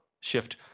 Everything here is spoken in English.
shift